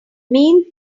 mean